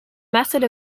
method